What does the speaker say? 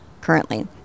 currently